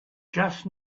just